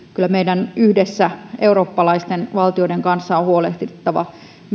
kyllä meidän yhdessä eurooppalaisten valtioiden kanssa on huolehdittava